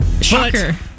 Shocker